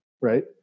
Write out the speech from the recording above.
Right